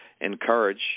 encourage